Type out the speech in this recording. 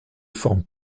forme